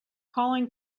calling